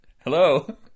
Hello